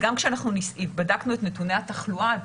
וגם כשאנחנו בדקנו את נתוני התחלואה,